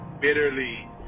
bitterly